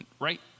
right